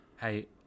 Hey